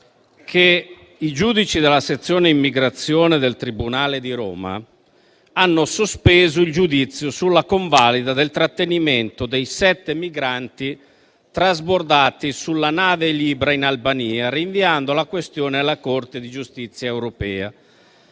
che i giudici della sezione immigrazione del tribunale di Roma hanno sospeso il giudizio sulla convalida del trattenimento dei sette migranti trasbordati sulla nave Libra in Albania, rinviando la questione alla Corte di giustizia europea.